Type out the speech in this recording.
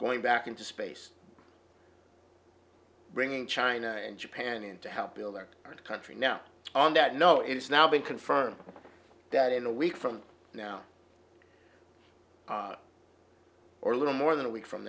going back into space bringing china and japan in to help build their country now on that no it's now been confirmed that in a week from now or a little more than a week from